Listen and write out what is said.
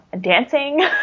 dancing